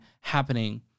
happening